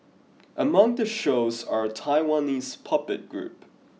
among the shows are a Taiwanese puppet group